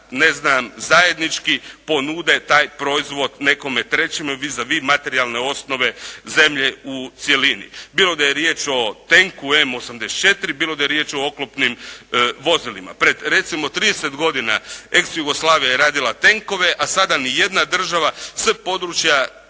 i da zajednički ponude taj proizvod nekome trećemu, vis a vis materijalne osnove zemlje u cjelini. Bilo da je riječ o tenku M84, bilo da je riječ o oklopnim vozilima. Pred, recimo 30 godina ex Jugoslavija je radila tenkove, a sada ni jedna država s područja